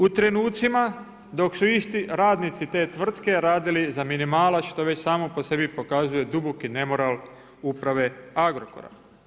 U trenucima dok su isti radnici te tvrtke radili za minimalac, što već samo po sebi pokazuje duboki nemoral uprave Agrokora.